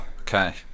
Okay